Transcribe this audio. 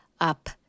up